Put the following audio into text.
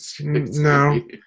No